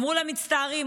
אמרו לה: מצטערים.